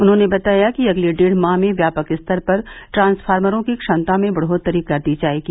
उन्होंने बताया कि अगर्ले डेढ़ माह में व्यापक स्तर पर ट्रांसफ़ार्मरो की क्षमता में बढ़ोत्तरी कर दी जायेगी